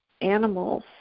animals